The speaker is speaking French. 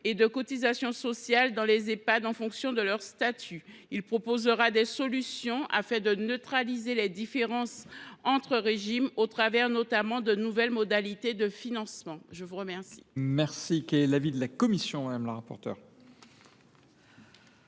et de cotisations sociales dans les Ehpad en fonction de leur statut. Il proposera des solutions pour mettre fin aux différences entre les régimes, au travers notamment de nouvelles modalités de financement. Quel